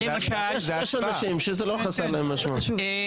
יש אנשים שזה לא חסר משמעות עבורם.